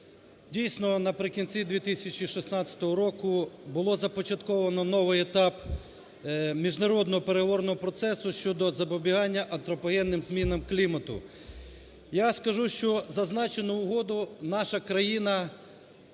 Дійсно, наприкінці 2016 року було започатковано новий етап міжнародного переговорного процесу щодо запобігання антропогенним змінам клімату. Я скажу, що зазначену угоду наша країна